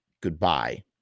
goodbye